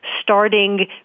starting